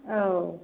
औ